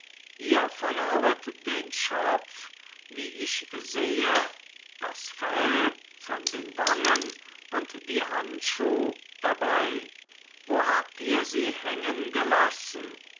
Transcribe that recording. ihr verloret den schopf wie ich sehe das fell von den wangen und die handschuh dabei wo habt ihr sie hängen gelassen